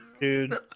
Dude